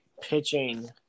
Pitching